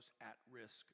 at-risk